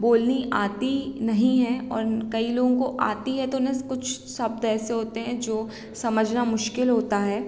बोलनी आती नहीं हैं और कई लोगों को आती है तो उनेस कुछ शब्द ऐसे होते हैं जो समझना मुश्किल होता है